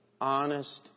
honest